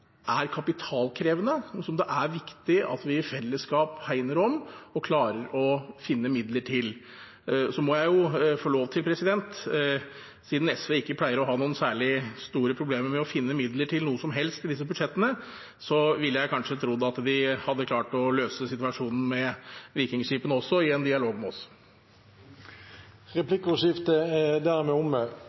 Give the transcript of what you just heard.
er kapitalkrevende, og som det er viktig at vi i fellesskap hegner om og klarer å finne midler til. Så må jeg få lov til å si, siden SV ikke pleier å ha noen særlig store problemer med å finne midler til noe som helst i disse budsjettene, at jeg vil tro at de hadde klart å løse situasjonen med vikingskipene også i en dialog med oss. Replikkordskiftet er omme.